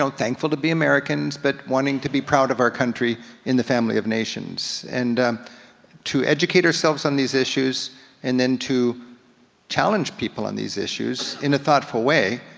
thankful to be americans, but wanting to be proud of our country in the family of nations. and to educate ourselves on these issues and then to challenge people on these issues, in a thoughtful way,